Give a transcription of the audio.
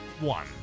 one